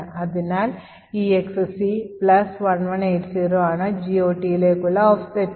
അതിനാൽ EXC 1180 ആണ് GOTലേക്കുള്ള offset